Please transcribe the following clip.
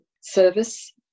service